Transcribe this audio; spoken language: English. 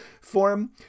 form